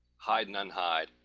hide and unhide.